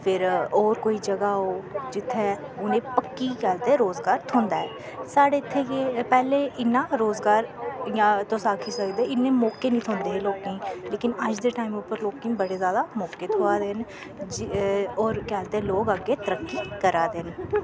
फिर होर कोई जगा हो जित्थै उनेंई पक्की गल्ल ते रोजगार थ्होंदा ऐ साढ़े इत्थें के पैह्ले इन्ना रोजगार इ'यां तुस आक्खी सकदे इन्ने मौके निं थ्होंदे हे लोकेंई लेकिन अज दे टाईम उप्पर लोकेंई बड़े जैदा मौके थ्होआ दे न और के गल्ल ते लोग अग्गे तरक्की करा दे न